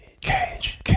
Cage